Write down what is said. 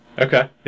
Okay